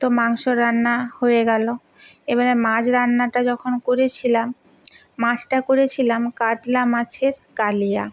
তো মাংস রান্না হয়ে গেলো এবারে মাছ রান্নাটা যখন করেছিলাম মাছটা করেছিলাম কাতলা মাছের কালিয়া